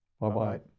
Bye-bye